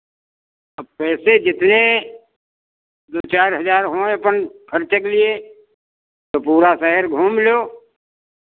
अब पैसे जितने दो चार हज़ार होंए अपन खर्चे के लिए तो पूरा शहर घूम लो